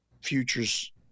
futures